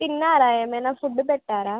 తిన్నారా ఏమైనా ఫుడ్ పెట్టారా